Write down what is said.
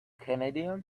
canadian